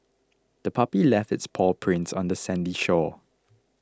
the puppy left its paw prints on the sandy shore